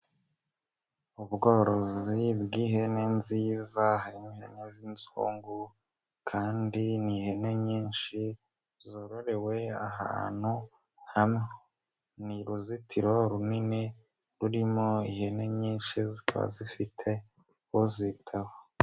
Ubworozi bw'ihene nziza ihene z'inzungu kandi ni ihene nyinshi zororewe ahantu hamwe, ni uruzitiro runini rurimo ihene nyinshi zikaba zifite uzitaho.